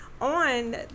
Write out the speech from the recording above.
on